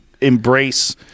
embrace